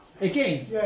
Again